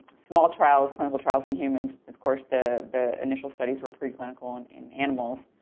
small trials, clinical trials in humans. of course, the the initial studies were preclinical and in animals,